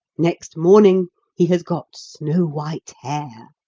next morning he has got snow-white hair.